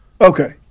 Okay